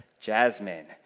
Jasmine